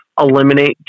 eliminate